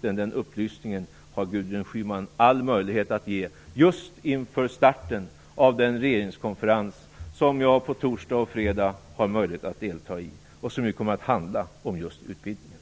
Den upplysningen har Gudrun Schyman all möjlighet att ge just inför starten av den regeringskonferens som jag på torsdag och fredag har möjlighet att delta i och som ju kommer att handla om utvidgningen.